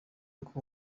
uko